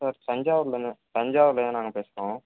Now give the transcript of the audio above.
sir தஞ்சாவூர்லங்க தஞ்சாவூர்லருந்து நாங்கள் பேசுகிறோம்